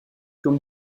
comme